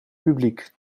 publiek